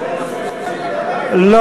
הרי הוא סירב לדבר קודם.